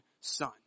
son